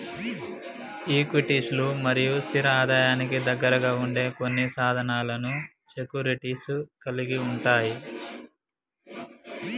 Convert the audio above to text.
ఈక్విటీలు మరియు స్థిర ఆదాయానికి దగ్గరగా ఉండే కొన్ని సాధనాలను సెక్యూరిటీస్ కలిగి ఉంటయ్